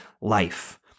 life